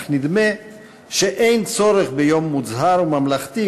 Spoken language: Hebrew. אך נדמה שאין צורך ביום מוצהר וממלכתי